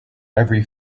every